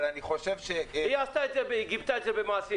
אבל אני חושב --- היא עשתה את זה וגיבתה את זה במעשים,